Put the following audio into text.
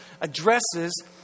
addresses